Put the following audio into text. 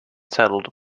settled